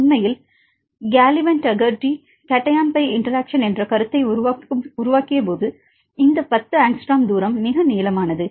உண்மையில் கேலிவண்ட் Dougherty cation pi interaction என்ற கருத்தை உருவாக்கியபோது இந்த 10 ஆங்ஸ்ட்ரோம் தூரம் மிக நீளமானது